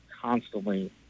constantly